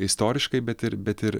istoriškai bet ir bet ir